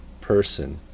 person